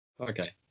okay